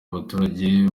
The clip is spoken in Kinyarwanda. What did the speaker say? abaturage